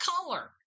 color